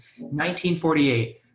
1948